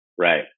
Right